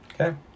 Okay